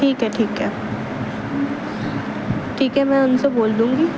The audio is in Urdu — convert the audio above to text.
ٹھیک ہے ٹھیک ہے ٹھیک ہے میں ان سے بول دوں گی